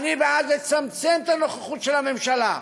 אני בעד לצמצם את הנוכחות של הממשלה,